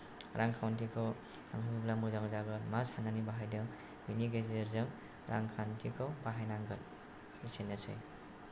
रांखान्थिखौ बुंब्ला मोजां जागोन मा सान्नानै बाहायदों बेनि गेजेरजों रांखान्थिखौ बाहायनांगोन एसेनोसै